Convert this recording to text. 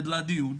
לדיון,